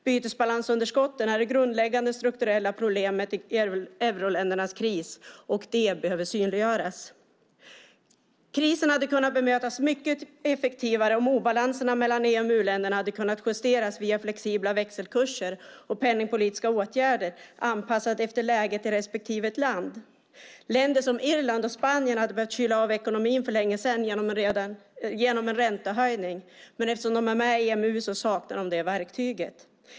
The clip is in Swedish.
Bytesbalansunderskotten är det grundläggande strukturella problemet i euroländernas kris, och det behöver synliggöras. Krisen hade kunnat bemötas mycket effektivare om obalanserna mellan EMU-länderna hade kunnat justeras via flexibla växelkurser och penningpolitiska åtgärder anpassade efter läget i respektive land. Länder som Irland och Spanien hade behövt kyla av ekonomin för länge sedan genom en räntehöjning, men eftersom de är med i EMU saknar de det verktyget.